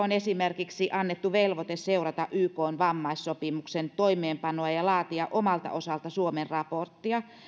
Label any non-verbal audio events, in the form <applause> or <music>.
<unintelligible> on esimerkiksi annettu velvoite seurata ykn vammaissopimuksen toimeenpanoa ja laatia omalta osaltaan suomen raporttia